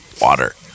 water